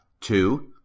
Two